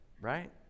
right